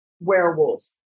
werewolves